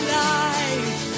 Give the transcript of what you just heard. life